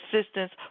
assistance